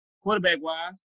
Quarterback-wise